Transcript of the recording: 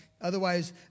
Otherwise